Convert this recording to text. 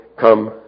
come